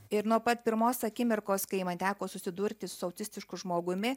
ir nuo pat pirmos akimirkos kai man teko susidurti su autistišku žmogumi